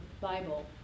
Bible